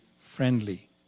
friendly